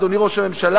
אדוני ראש הממשלה,